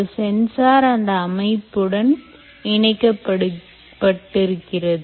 ஒரு சென்சார் அந்த அமைப்புடன் இணைக்கப்பட்டிருக்கிறது